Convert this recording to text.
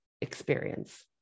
experience